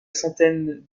centaines